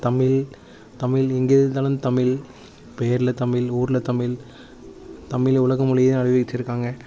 தமிழ் தமிழ் எங்கே இருந்தாலும் தமிழ் பெயரில் தமிழ் ஊரில் தமிழ் தமிழ் உலக மொழியே அறிவிச்சுருக்காங்க